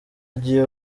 agiye